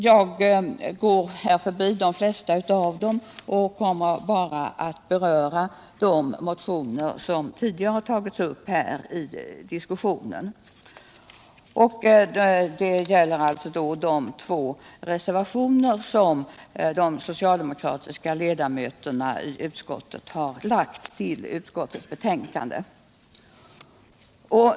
Jag skall här gå förbi de flesta av dem och bara beröra de motioner som har tagits upp här i diskussionen, nämligen de som följts upp i de två reservationer som de socialdemokratiska ledamöterna i utskottet har fogat till utskottets betänkande.